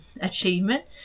achievement